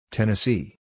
Tennessee